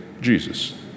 Jesus